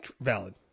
Valid